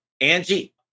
Angie